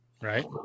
Right